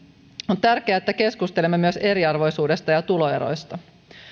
on tärkeää että keskustelemme myös eriarvoisuudesta ja tuloeroista